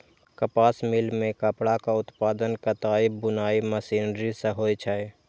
कपास मिल मे कपड़ाक उत्पादन कताइ बुनाइ मशीनरी सं होइ छै